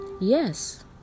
yes